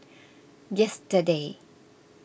yesterday